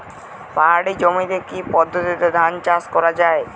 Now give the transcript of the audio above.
পাহাড়ী জমিতে কি পদ্ধতিতে ধান চাষ করা যায়?